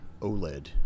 OLED